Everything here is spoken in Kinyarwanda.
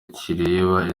kireba